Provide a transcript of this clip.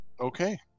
Okay